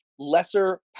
lesser